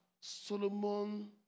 Solomon